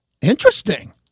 Interesting